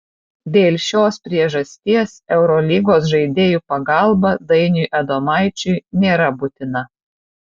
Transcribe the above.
dėl šios priežasties eurolygos žaidėjų pagalba dainiui adomaičiui nėra būtina